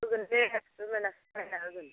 होगोन दे होगोन आं बायना होगोन